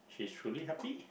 she's truly happy